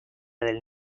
del